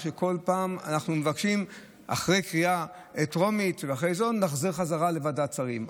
שכל פעם אנחנו מבקשים אחרי קריאה טרומית להחזיר חזרה לוועדת שרים.